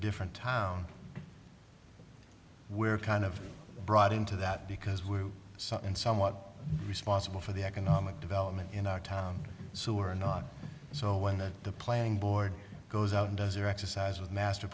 different town we're kind of brought into that because we're in somewhat responsible for the economic development in our town so we're not so when that the planning board goes out and does their exercise with master